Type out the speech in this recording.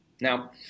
Now